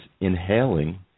inhaling